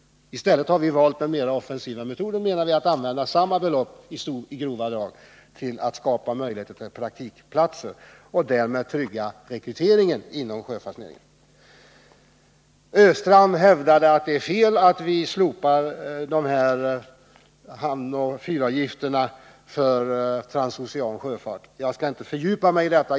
I stället har vi valt den mer offensiva metoden, menar vi, att använda i grova drag samma belopp för att skapa möjligheter till praktikplatser och därmed trygga rekryteringen inom sjöfartsnäringen. Olle Östrand hävdade att det är fel att slopa hamnoch fyravgifterna för transocean sjöfart. Jag skall inte fördjupa mig i detta.